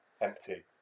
empty